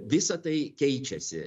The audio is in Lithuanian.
visa tai keičiasi